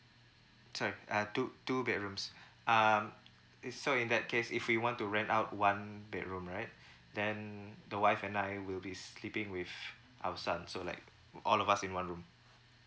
sorry uh two two bedrooms um uh so in that case if we want to rent out one bedroom right then the wife and I will be sleeping with our son so like all of us in one room